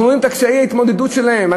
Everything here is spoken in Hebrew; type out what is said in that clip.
אנחנו רואים את קשיי ההתמודדות שלהם.